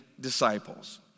disciples